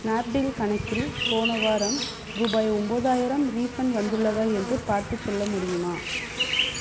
Snapdeal கணக்கில் போன வாரம் ரூபாய் ஒன்பதாயிரம் ரீஃபண்ட் வந்துள்ளதா என்று பார்த்து சொல்ல முடியுமா